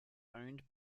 owned